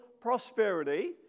prosperity